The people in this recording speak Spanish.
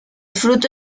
fruto